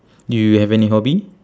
do you have any hobby